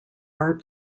art